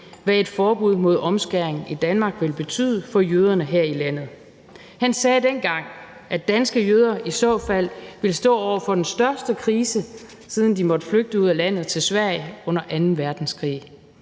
hvad et forbud mod omskæring i Danmark ville betyde for jøderne her i landet. Han sagde dengang, at danske jøder i så fald ville stå over for den største krise, siden de måtte flygte ud af landet til Sverige under anden verdenskrig.